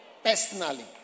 personally